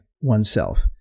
oneself